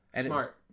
Smart